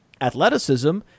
athleticism